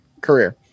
career